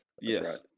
Yes